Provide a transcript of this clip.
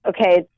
okay